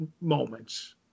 moments